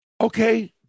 Okay